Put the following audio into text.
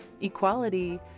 Equality